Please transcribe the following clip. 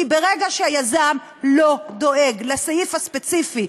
כי ברגע שהיזם לא דואג לסעיף הספציפי,